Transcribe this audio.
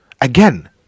Again